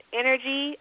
energy